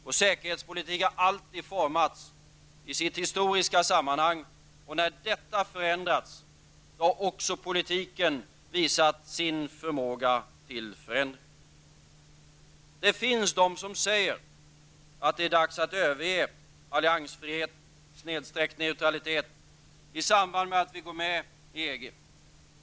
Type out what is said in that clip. Vår säkerhetspolitik har alltid formats i sitt historiska sammanhang, och när detta förändrats har också politiken visat sin förmåga till förändring. Det finns de som säger att det är dags att överge alliansfrihet/neutralitet i samband med att vi går med i EG.